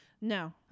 No